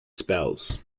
spells